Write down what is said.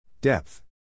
Depth